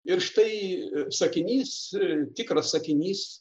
ir štai sakinys tikras sakinys